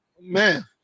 Man